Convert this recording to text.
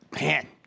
Man